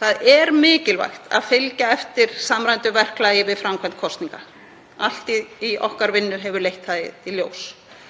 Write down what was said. Það er mikilvægt að fylgja eftir samræmdu verklagi við framkvæmd kosninga. Allt í okkar vinnu hefur leitt það í ljós.